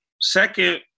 Second